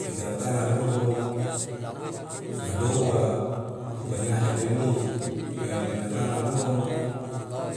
Kitana tana doho nyadoa tukanyahedeni me pina tana doho